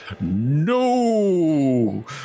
No